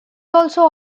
also